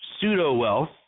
pseudo-wealth